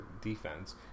defense